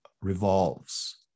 revolves